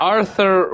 Arthur